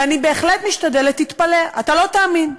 ואני בהחלט משתדלת, תתפלא, אתה לא תאמין,